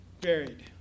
buried